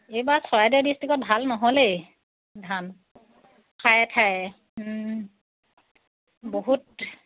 এইবাৰ চৰাইদেউ ডিষ্ট্ৰিক্টত ভাল নহ'লেই ধান ঠায়ে ঠায়ে বহুত